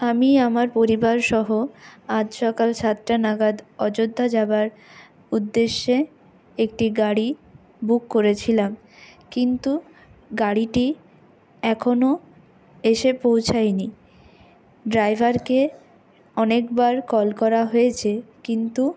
আমি আমার পরিবার সহ আজ সকাল সাতটা নাগাদ অযোধ্যা যাওয়ার উদ্দেশ্যে একটি গাড়ি বুক করেছিলাম কিন্তু গাড়িটি এখনও এসে পৌছায়নি ড্রাইভারকে অনেকবার কল করা হয়েছে কিন্তু